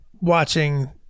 watching